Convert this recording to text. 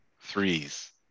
threes